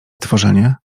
stworzenie